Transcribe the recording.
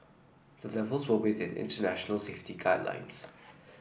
the levels were within international safety guidelines